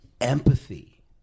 empathy